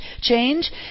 change